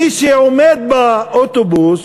מי שעומד באוטובוס,